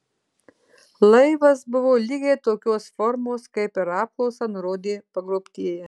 laivas buvo lygiai tokios formos kaip per apklausą nurodė pagrobtieji